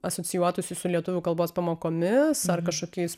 asocijuotųsi su lietuvių kalbos pamokomis ar kažkokiais